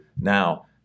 now